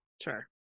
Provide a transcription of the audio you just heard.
Sure